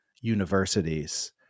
universities